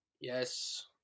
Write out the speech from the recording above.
Yes